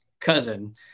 cousin